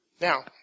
Now